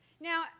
Now